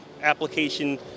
application